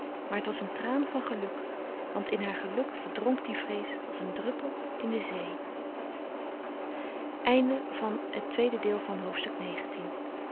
maar het was een traan van geluk want in haar geluk verdronk die vrees als een druppel in de zee hoofdstuk